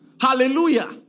Hallelujah